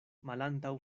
malantaŭ